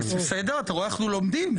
אתה רואה, אנחנו לומדים.